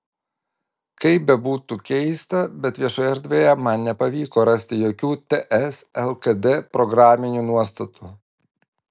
kaip bebūtų keista bet viešoje erdvėje man nepavyko rasti jokių ts lkd programinių nuostatų